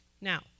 Now